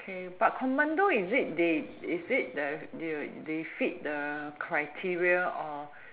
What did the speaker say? okay but commando is it they is it there they they fit the criteria or